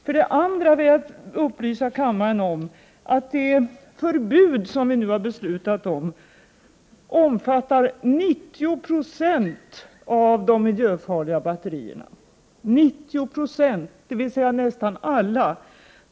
För det andra vill jag upplysa kammaren om att det förbud som vi nu har fattat beslut om omfattar 90 26 av de miljöfarliga batterierna, dvs. nästan alla.